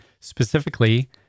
specifically